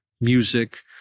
music